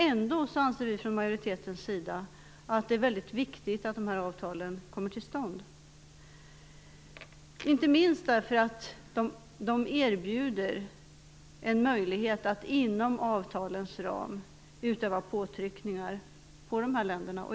Ändå anser vi från majoritetens sida att det är väldigt viktigt att dessa avtal kommer till stånd - inte minst för att det erbjuds en möjlighet att inom avtalens ram utöva påtryckningar mot de här länderna.